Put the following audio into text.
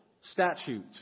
statute